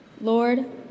Lord